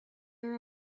are